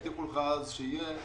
הבטיחו לך אז שיהיה,